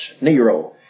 Nero